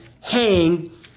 hang